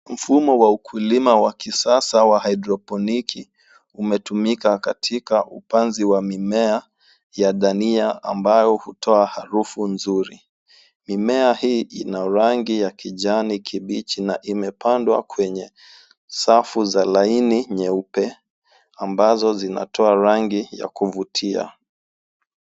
Mfumo wa kilimo cha kisasa cha hydroponiki umetumika katika upanzi wa mimea ya dania ambayo hutoa harufu nzuri. Mimea hii inarangi ya kijani kibichi na imepadwa kwenye safu za laini nyeupe ambazo zinatoa rangi ya kuvutia.